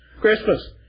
Christmas